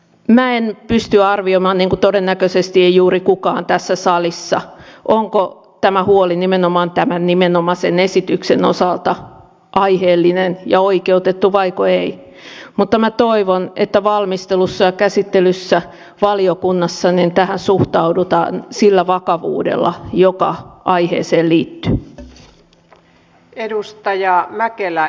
minä en pysty arvioimaan niin kuin todennäköisesti ei juuri kukaan tässä salissa onko tämä huoli nimenomaan tämän nimenomaisen esityksen osalta aiheellinen ja oikeutettu vaiko ei mutta minä toivon että valmistelussa ja käsittelyssä valiokunnassa tähän suhtaudutaan sillä vakavuudella joka aiheeseen liittyy